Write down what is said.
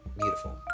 beautiful